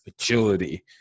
agility